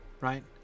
Right